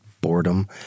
boredom